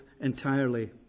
entirely